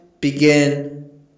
begin